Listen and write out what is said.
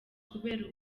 kubera